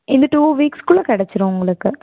இந்த two weeks குள்ளே கிடச்சுடும் உங்களுக்கு